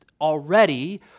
already